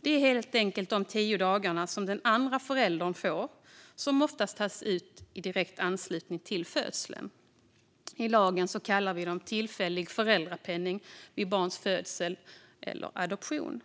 Det är helt enkelt de tio dagar som den andre föräldern får och som oftast tas ut i direkt anslutning till födseln. I lagen kallar vi dem tillfällig föräldrapenning vid barns födsel eller adoption.